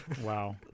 Wow